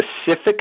specific